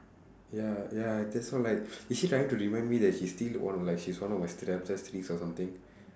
ya ya that's why like is she trying to remind me that she still or like she's one of my or something